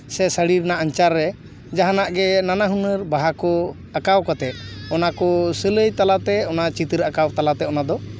ᱥᱮ ᱥᱟᱹᱲᱤ ᱨᱮᱱᱟᱜ ᱟᱧᱪᱟᱨ ᱨᱮ ᱡᱟᱦᱟᱱᱟᱜ ᱜᱮ ᱱᱟᱱᱟ ᱦᱩᱱᱟᱹᱨ ᱵᱟᱦᱟ ᱠᱚ ᱟᱸᱠᱟᱣ ᱠᱟᱛᱮᱜ ᱚᱱᱟ ᱠᱚ ᱥᱤᱞᱟᱹᱭ ᱛᱟᱞᱟᱛᱮ ᱚᱱᱟ ᱪᱤᱛᱟᱹᱨ ᱟᱸᱠᱟᱣ ᱛᱟᱞᱟᱛᱮ ᱚᱱᱟᱫᱚ